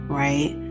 right